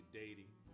dating